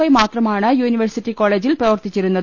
I മാത്രമാണ് university കോളേജിൽ പ്രവർത്തിച്ചിരുന്നത്